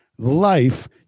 life